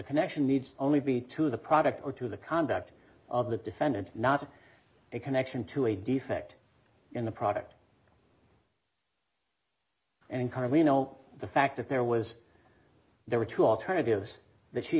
connection needs only be to the product or to the conduct of the defendant not a connection to a defect in the product and kyra we know the fact that there was there were two alternatives that she